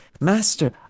Master